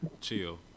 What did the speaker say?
Chill